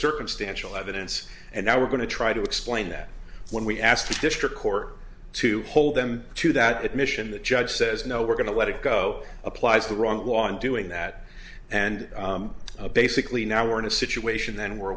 circumstantial evidence and now we're going to try to explain that when we asked a district court to hold them to that admission the judge says no we're going to let it go applies the wrong law in doing that and basically now we're in a situation then where